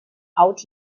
out